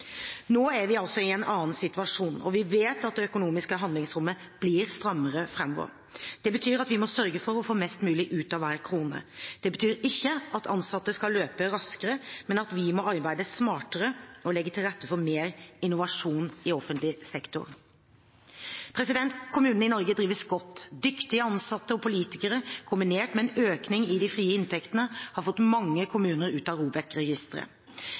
Nå er vi i en annen situasjon, og vi vet at det økonomiske handlingsrommet blir strammere framover. Det betyr at vi må sørge for å få mest mulig ut av hver krone. Det betyr ikke at ansatte skal løpe raskere, men at vi må arbeide smartere og legge til rette for mer innovasjon i offentlig sektor. Kommunene i Norge drives godt. Dyktige ansatte og politikere kombinert med en økning i de frie inntektene har fått mange kommuner ut av